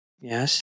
yes